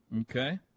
Okay